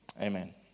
Amen